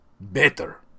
better